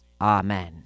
Amen